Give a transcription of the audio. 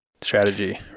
strategy